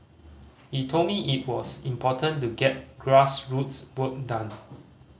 he told me it was important to get grassroots work done